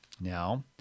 now